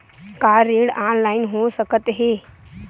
का ऋण ऑनलाइन हो सकत हे?